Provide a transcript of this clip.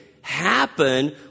happen